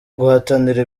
guhatanira